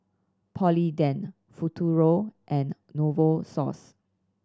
Polident Futuro and Novosource